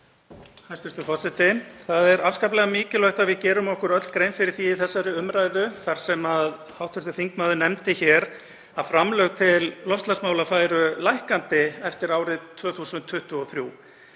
Það er afskaplega mikilvægt að við gerum okkur öll grein fyrir því í þessari umræðu, þar sem hv. þingmaður nefndi að framlög til loftslagsmála færu lækkandi eftir árið 2023,